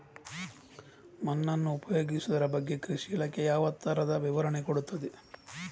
ಮಣ್ಣನ್ನು ಉಪಯೋಗಿಸುದರ ಬಗ್ಗೆ ಕೃಷಿ ಇಲಾಖೆ ಯಾವ ತರ ವಿವರಣೆ ಕೊಡುತ್ತದೆ?